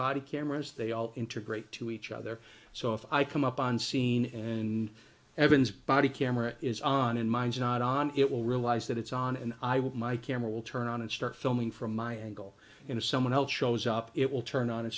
body cameras they all interbreed to each other so if i come up on scene and evan's body camera is on and mine's not on it will realize that it's on and i will my camera will turn on and start filming from my angle into someone else shows up it will turn on and